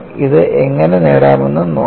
ഇത് എങ്ങനെ നേടാമെന്ന് നോക്കാം